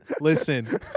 listen